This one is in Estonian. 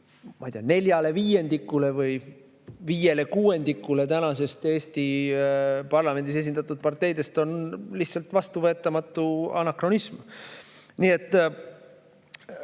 neljale viiendikule või viiele kuuendikule Eesti parlamendis esindatud parteidest lihtsalt vastuvõetamatu anakronism. Nii et